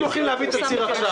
המשפחות הולכות להביא תצהיר עכשיו.